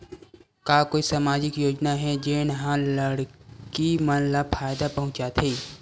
का कोई समाजिक योजना हे, जेन हा लड़की मन ला फायदा पहुंचाथे?